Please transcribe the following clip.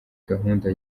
gahunda